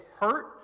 hurt